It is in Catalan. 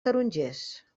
tarongers